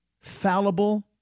Fallible